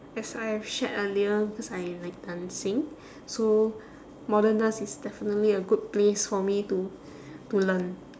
as I have shared earlier cause I like dancing so modern dance is definitely a good place for me to to learn